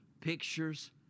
pictures